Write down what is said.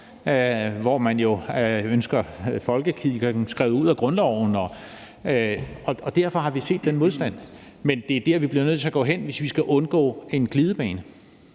hvor man jo ønsker folkekirken skrevet ud af grundloven. Derfor har vi set den modstand, men det er der, vi bliver nødt til at gå hen, hvis vi skal undgå en glidebane.